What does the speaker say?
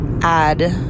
add